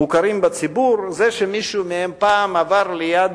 מוכרים בציבור: זה שמישהו מהם פעם עבר ליד